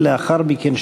לאחר מכן,